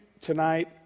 tonight